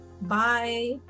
bye